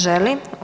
Želi.